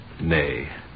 Nay